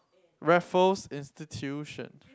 Raffles-Institution